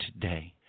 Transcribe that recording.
today